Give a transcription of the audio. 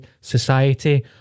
Society